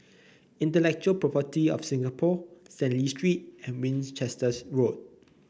Intellectual Property Office of Singapore Stanley Street and Winchester Road